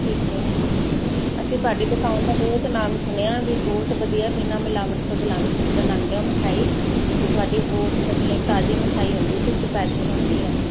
ਠੀਕ ਹ ਅਸੀਂ ਤੁਹਾਡੀ ਦੁਕਾਨ ਦਾ ਬਹੁਤ ਨਾਮ ਸੁਣਿਆ ਵੀ ਬਹੁਤ ਵਧੀਆ ਬਿਨਾਂ ਮਿਲਾਵਟ ਤੋਂ ਬਲਾ ਬਣਾਉਂਦੇ ਹੋ ਮਿਠਾਈ ਤੇ ਤੁਹਾਡੀ ਬਹੁਤ ਵਧੀਆ ਤਾਜ਼ੀ ਮਿਠਾਈ ਹੁੰਦੀ ਤੇ ਸਪੈਸ਼ਲ ਹੁੰਦੀ ਆ